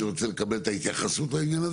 אני רוצה לקבל את ההתייחסות לעניין הזה